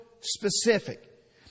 specific